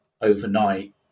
overnight